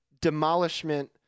demolishment